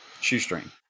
shoestring